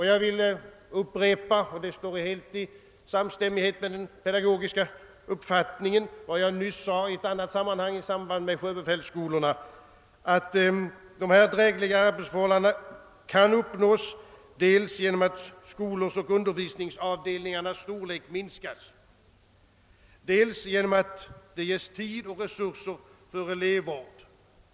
Jag vill upprepa den uppfattningen — vilken ligger helt i linje med den pedagogiska syn jag nyss framfört i ett annat sammanhang, nämligen i frågan om sjöbefälsskolorna — att dessa drägliga arbetsförhållanden kan åstadkommas dels genom att skolornas och undervisningsavdelningarnas storlek minskas, dels genom att det ges tid och resurser för elevvård.